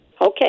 Okay